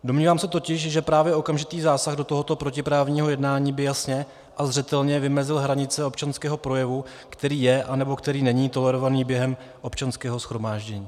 Domnívám se totiž, že právě okamžitý zásah do tohoto protiprávního jednání by jasně a zřetelně vymezil hranice občanského projevu, který je anebo který není tolerovaný během občanského shromáždění.